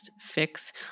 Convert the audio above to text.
fix